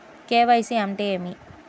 KYC అంటే ఏమి?